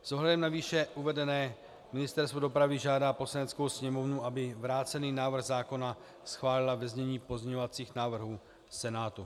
S ohledem na výše uvedené Ministerstvo dopravy žádá Poslaneckou sněmovnu, aby vrácený návrh zákona schválila ve znění pozměňovacích návrhů Senátu.